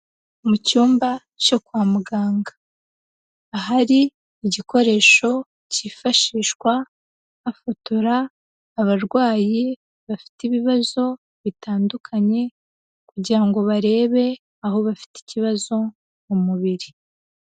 Mu cyumba cyo kwa muganga, ahari igikoresho cyifashishwa bafotora abarwayi bafite ibibazo bitandukanye kugira ngo barebe aho bafite ikibazo mu mubiri.